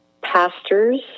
pastors